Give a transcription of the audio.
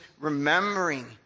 remembering